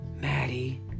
Maddie